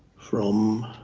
from